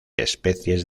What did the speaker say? especies